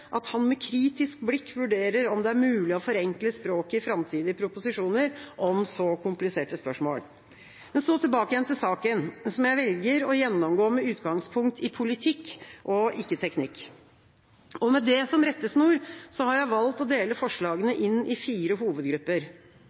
at han med kritisk blikk vurderer om det er mulig å forenkle språket i framtidige proposisjoner om så kompliserte spørsmål. Tilbake til saken, som jeg velger å gjennomgå med utgangspunkt i politikk og ikke teknikk. Med det som rettesnor har jeg valgt å dele forslagene inn i fire hovedgrupper.